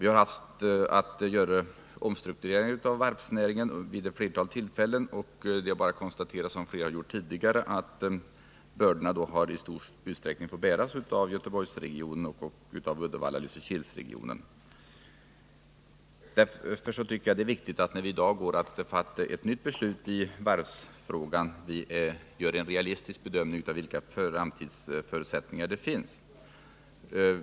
Vi har gjort omstruktureringar i varvsnäringen vid ett flertal tillfällen, och det är bara att konstatera — som flera här har gjort tidigare — att bördorna i stor utsträckning har fått bäras av Göteborgsregionen och Uddevalla Lysekilregionen. Därför är det viktigt när vi i dag skall fatta ett nytt beslut i varvsfrågan, att vi gör en realistisk bedömning av vilka framtidsförutsättningar det finns.